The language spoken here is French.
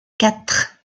quatre